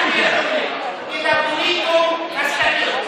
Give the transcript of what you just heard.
אזורי עיסאווי פריג':